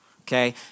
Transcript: okay